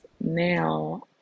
now